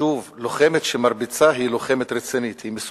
שוב, לוחמת שמרביצה היא לוחמת רצינית, היא מסוגלת,